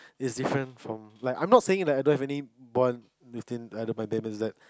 is different from like I'm not saying that I don't have any bond within my other band members